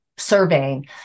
surveying